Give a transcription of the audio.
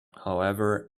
however